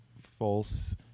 false